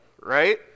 Right